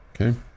okay